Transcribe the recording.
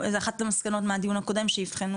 זו אחת המסקנות מהדיון הקודם שיבחנו